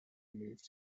moved